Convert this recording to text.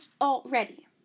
already